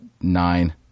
nine